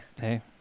Hey